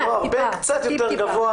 לא הרבה יותר גבוה